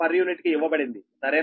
u కు ఇవ్వబడింది సరేనా